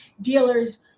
dealers